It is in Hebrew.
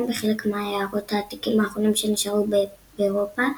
בחלק מהיערות העתיקים האחרונים שנשארו באירופה,